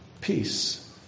peace